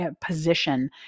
position